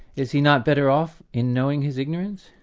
is he not better off in knowing his ignorance?